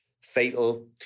fatal